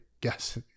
guess